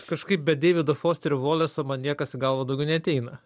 kažkaip be deivido fosterio voleso man niekas į galvą daugiau neateina